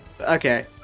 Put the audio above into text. Okay